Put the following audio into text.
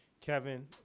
Kevin